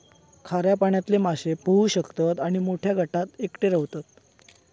खाऱ्या पाण्यातले मासे पोहू शकतत आणि मोठ्या गटात एकटे रव्हतत